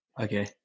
okay